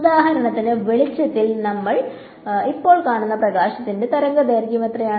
ഉദാഹരണത്തിന് വെളിച്ചത്തിൽ നമ്മൾ ഇപ്പോൾ കാണുന്ന പ്രകാശത്തിന്റെ തരംഗദൈർഘ്യം എത്രയാണ്